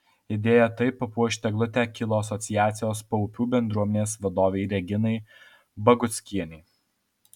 idėja taip papuošti eglutę kilo asociacijos paupių bendruomenės vadovei reginai baguckienei